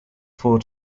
full